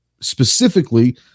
specifically